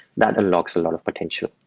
that unlocks a lot of potential.